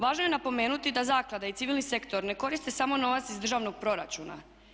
Važno je napomenuti da zaklada i civilni sektor ne koriste samo novac iz državnog proračuna.